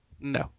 No